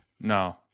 no